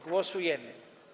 Głosujemy.